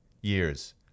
years